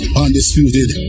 undisputed